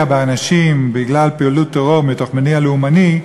באנשים בגלל פעילות טרור מתוך מניע לאומני,